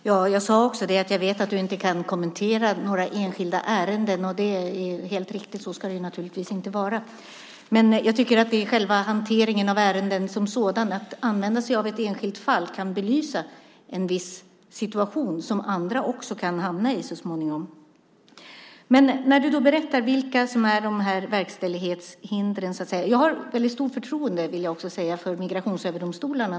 Herr talman! Jag sade också att jag vet att statsrådet inte kan kommentera några enskilda ärenden. Det är helt riktigt. Så ska det naturligtvis vara. Men jag tycker att användningen av ett enskilt fall vid själva hanteringen av ärenden som sådan kan belysa en viss situation som andra kan också kan hamna i så småningom. Statsrådet berättar vilka verkställighetshindren är. Jag vill också säga att jag har väldigt stort förtroende för Migrationsöverdomstolen.